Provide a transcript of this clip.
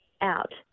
out